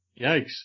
Yikes